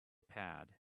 pad